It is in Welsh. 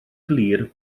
glir